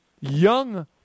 young